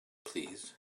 please